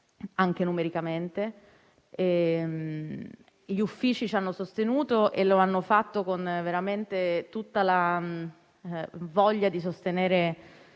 anche numericamente. Gli Uffici ci hanno sostenuto e lo hanno fatto veramente con tutta la voglia di sorreggere